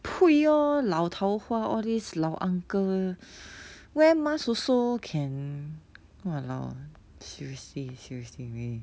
pui lor 老头花 all these 老 uncle wear mask also can !walao! seriously seriously really